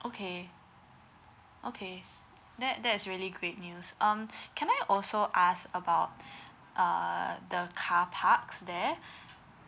okay okay that that is really great news um can I also ask about uh the car parks there